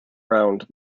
round